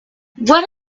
what